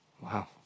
wow